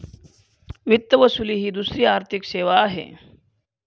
वित्त वसुली ही दुसरी आर्थिक सेवा आहे